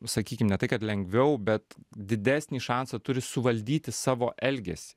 sakykim ne tai kad lengviau bet didesnį šansą turi suvaldyti savo elgesį